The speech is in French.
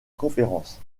conférence